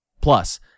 Plus